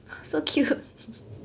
so cute